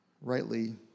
rightly